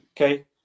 Okay